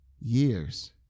years